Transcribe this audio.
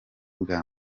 bwa